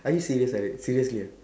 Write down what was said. are you serious Harid seriously ah